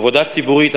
עבודה ציבורית,